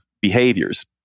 behaviors